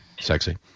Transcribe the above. Sexy